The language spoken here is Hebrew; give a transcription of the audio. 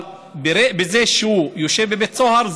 אבל בזה שהוא יושב בבית סוהר,